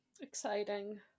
Exciting